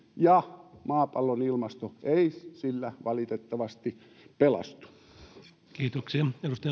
ja maapallon ilmasto ei sillä valitettavasti pelastu